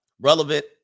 Relevant